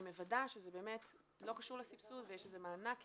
אני מוודאת שזה באמת לא קשור לסבסוד ויש איזה מענק,